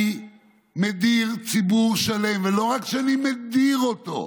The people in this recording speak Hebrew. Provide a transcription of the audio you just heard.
מדיר ציבור שלם, ולא רק שאני מדיר אותו,